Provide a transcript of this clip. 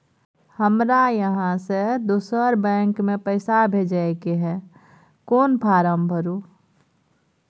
हमरा इहाँ से दोसर बैंक में पैसा भेजय के है, कोन फारम भरू?